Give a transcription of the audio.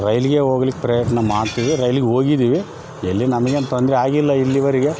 ರೈಲಿಗೆ ಹೋಗ್ಲಿಕ್ಕೆ ಪ್ರಯತ್ನ ಮಾಡ್ತೀವಿ ರೈಲಿಗೆ ಹೋಗಿದ್ದೀವಿ ಎಲ್ಲಿ ನಮ್ಗೇನು ತೊಂದರೆ ಆಗಿಲ್ಲ ಇಲ್ಲಿವರೆಗೆ